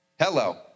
Hello